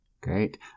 Great